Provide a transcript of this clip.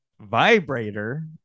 vibrator